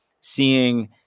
seeing